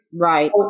Right